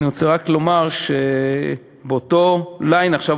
אני רוצה רק לומר שבאותו line עכשיו